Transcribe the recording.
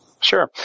Sure